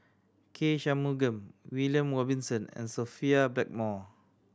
K Shanmugam William Robinson and Sophia Blackmore